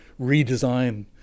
redesign